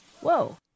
Whoa